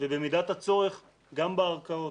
ובמידת הצורך גם בערכאות.